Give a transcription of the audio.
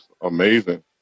amazing